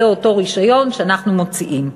אותו רישיון שאנחנו מוציאים.